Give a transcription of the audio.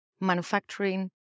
Manufacturing